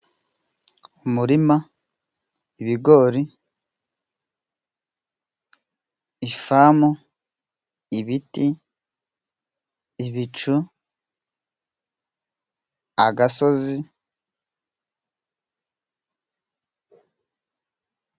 Umurima, ibigori, ifamu, ibiti, ibicu, agasozi.